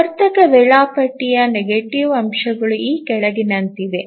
ಆವರ್ತಕ ವೇಳಾಪಟ್ಟಿಯ negative ಅಂಶಗಳು ಈ ಕೆಳಗಿನಂತಿವೆ